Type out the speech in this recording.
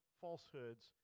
falsehoods